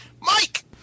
Mike